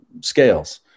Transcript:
scales